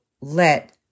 let